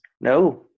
No